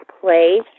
Play